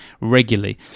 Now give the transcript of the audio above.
regularly